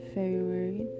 February